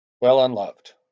well-unloved